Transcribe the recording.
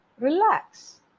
relax